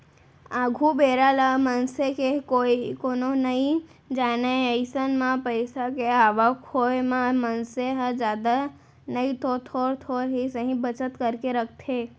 आघु बेरा ल मनसे के कोनो नइ जानय अइसन म पइसा के आवक होय म मनसे ह जादा नइतो थोर थोर ही सही बचत करके रखथे